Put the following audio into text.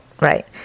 right